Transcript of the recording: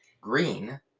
Green